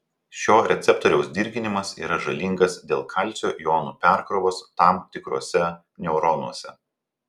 šio receptoriaus dirginimas yra žalingas dėl kalcio jonų perkrovos tam tikruose neuronuose